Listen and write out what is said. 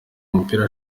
mupira